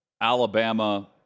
Alabama